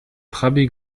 trabi